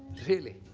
really.